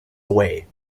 away